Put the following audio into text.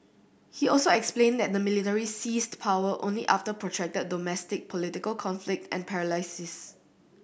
he also explained that the military seized power only after protracted domestic political conflict and paralysis